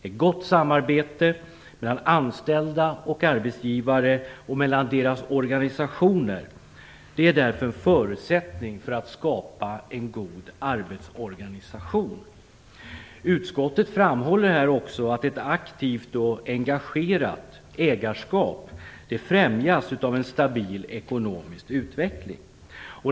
Ett gott samarbete mellan anställda och arbetsgivare och mellan deras organisationer är därför en förutsättning för en god arbetsorganisation. Utskottet framhåller också att ett aktivt och engagerat ägarskap främjas av en stabil ekonomisk utveckling.